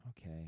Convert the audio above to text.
Okay